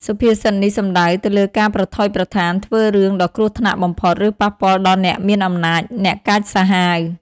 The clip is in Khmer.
សុភាសិតនេះសំដៅទៅលើការប្រថុយប្រថានធ្វើរឿងដ៏គ្រោះថ្នាក់បំផុត ឬប៉ះពាល់ដល់អ្នកមានអំណាច អ្នកកាចសាហាវ។